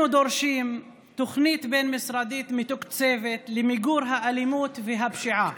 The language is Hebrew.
אנחנו דורשים תוכנית בין-משרדית מתוקצבת למיגור האלימות והפשיעה.